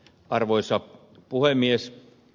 arvoisa puhemies